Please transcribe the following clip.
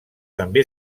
també